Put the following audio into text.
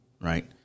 Right